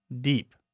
deep